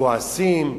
כועסים.